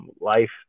life